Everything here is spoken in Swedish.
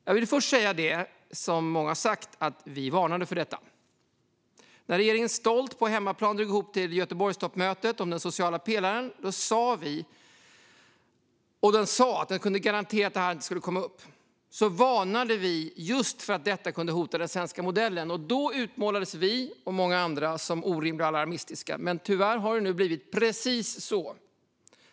Jag vill först säga det som många har sagt: Vi varnade för detta. När regeringen stolt, på hemmaplan, drog ihop till Göteborgstoppmötet om den sociala pelaren och sa att man kunde garantera att det här inte skulle komma upp varnade vi just för att detta kunde hota den svenska modellen. Då utmålades vi och många andra som orimliga och alarmistiska. Men tyvärr har det nu blivit precis så.